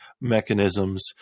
mechanisms